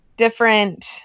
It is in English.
Different